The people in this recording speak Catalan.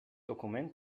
document